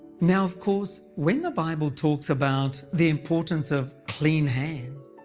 now of course, when the bible talks about the importance of clean hands,